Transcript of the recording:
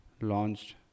launched